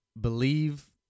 Believe